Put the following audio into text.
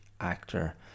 actor